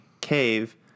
cave